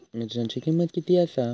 मिरच्यांची किंमत किती आसा?